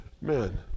Man